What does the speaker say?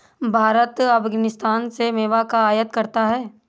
भारत अफगानिस्तान से मेवा का आयात करता है